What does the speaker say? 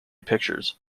pictures